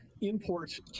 imports